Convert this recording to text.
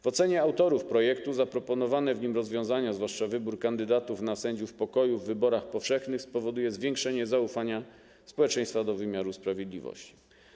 W ocenie autorów projektu zaproponowane w nim rozwiązania, zwłaszcza wybór kandydatów na sędziów pokoju w wyborach powszechnych, spowoduje zwiększenie zaufania społeczeństwa do wymiaru sprawiedliwości.